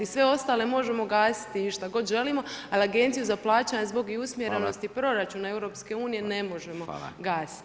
Sve ostale možemo gasiti šta god želimo, ali Agenciju za plaćanje zbog i usmjerenosti proračuna i EU ne možemo gasiti.